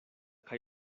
kaj